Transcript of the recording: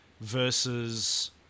versus